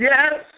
Yes